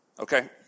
Okay